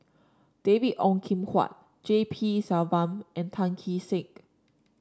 David Ong Kim Huat G P Selvam and Tan Kee Sek